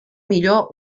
millor